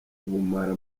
ubumara